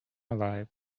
alive